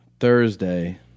thursday